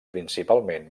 principalment